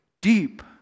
deep